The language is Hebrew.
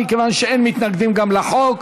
מכיוון שגם אין מתנגדים לחוק.